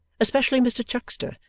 especially mr chuckster,